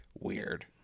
Weird